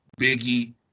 Biggie